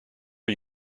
are